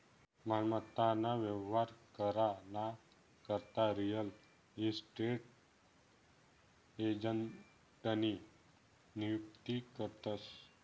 मालमत्ता ना व्यवहार करा ना करता रियल इस्टेट एजंटनी नियुक्ती करतस